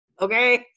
okay